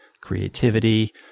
creativity